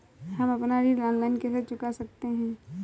हम अपना ऋण ऑनलाइन कैसे चुका सकते हैं?